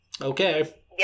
okay